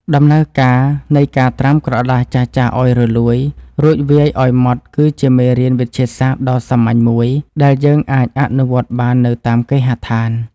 ដំណើរការនៃការត្រាំក្រដាសចាស់ៗឱ្យរលួយ រួចវាយឱ្យម៉ត់គឺជាមេរៀនវិទ្យាសាស្ត្រដ៏សាមញ្ញមួយ ដែលយើងអាចអនុវត្តបាននៅតាមគេហដ្ឋាន។